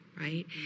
Right